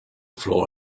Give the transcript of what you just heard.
floor